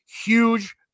huge